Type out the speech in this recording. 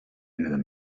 another